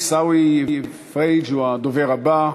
עיסאווי פריג' הוא הדובר הבא.